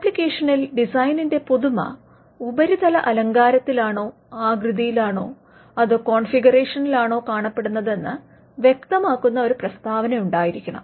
ആപ്ലിക്കേഷനിൽ ഡിസൈനിന്റെ പുതുമ ഉപരിതല അലങ്കാരത്തിലാണോ ആകൃതിയിലാണോ അതോ കോൺഫിഗറേഷനിലാണോ കാണപ്പെടുന്നത് എന്നു വ്യക്തമാക്കുന്ന ഒരു പ്രസ്താവന ഉണ്ടായിരിക്കണം